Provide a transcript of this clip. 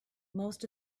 most